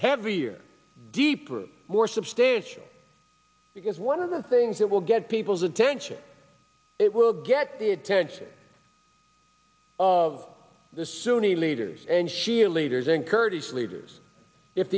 heavier deeper and more substantial because one of the things that will get people's attention it will get the attention of the sunni leaders and shia leaders and kurdish leaders if